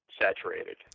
saturated